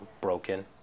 broken